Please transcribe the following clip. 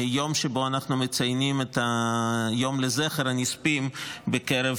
יום שאנחנו מציינים את היום לזכר הנספים בקרב